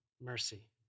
mercy